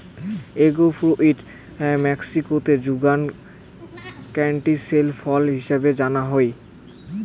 egg fruit মেক্সিকোতে Yucatan canistel ফল হিছাবে জানা হই